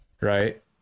right